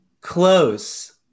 close